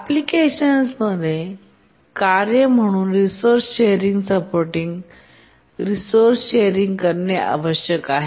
एप्लीकेशनसात कार्य म्हणून resource sharing supporting resource sharing करणे आवश्यक आहे